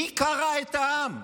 מי קרע את העם?